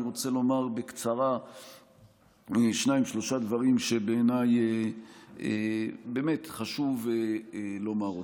אני רוצה לומר בקצרה שניים-שלושה דברים שבעיניי חשוב לומר.